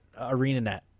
ArenaNet